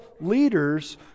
leaders